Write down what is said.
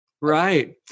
Right